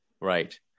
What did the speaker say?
right